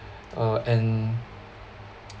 uh and